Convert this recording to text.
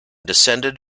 descended